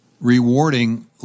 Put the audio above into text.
rewarding